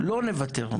לא נוותר,